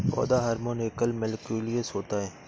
पौधा हार्मोन एकल मौलिक्यूलस होता है